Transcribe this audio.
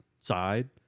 side